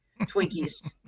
Twinkies